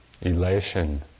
elation